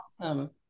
Awesome